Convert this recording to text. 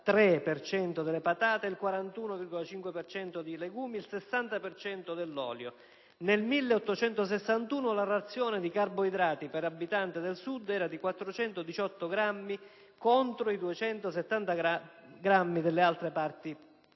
delle patate, il 41,5 per cento dei legumi, il 60 per cento dell'olio. Nel 1861 la razione di carboidrati per abitante del Sud era di 418 grammi, contro i 270 grammi delle altre parti